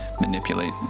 manipulate